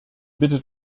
bitte